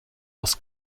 aus